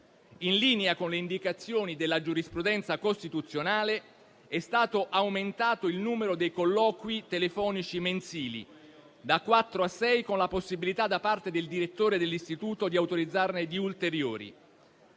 In linea con le indicazioni della giurisprudenza costituzionale, è stato aumentato il numero dei colloqui telefonici mensili da quattro a sei, con la possibilità da parte del direttore dell'istituto di autorizzarne ulteriori.